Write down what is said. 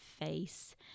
face